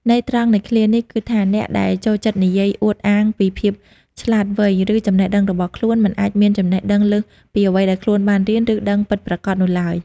ន័យត្រង់នៃឃ្លានេះគឺថា អ្នកដែលចូលចិត្តនិយាយអួតអាងពីភាពឆ្លាតវៃ ឬចំណេះដឹងរបស់ខ្លួន មិនអាចមានចំណេះដឹងលើសពីអ្វីដែលខ្លួនបានរៀន ឬដឹងពិតប្រាកដនោះឡើយ។